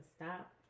stop